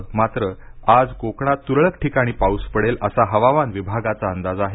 आज मात्र कोकणात तुरळक ठिकाणी पाऊस पडेल असा हवामान विभागाचा अंदाज आहे